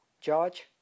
George